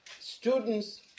Students